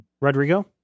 Rodrigo